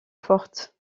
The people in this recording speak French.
forte